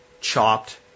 chopped